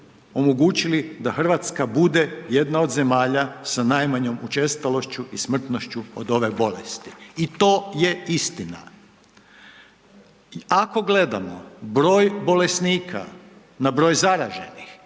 omogućili da Hrvatska bude jedna od zemalja sa najmanjoj učestalošću i smrtnošću od ove bolesti i to je istina. Ako gledamo broj bolesnika na broj zaraženih,